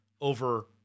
over